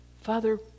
Father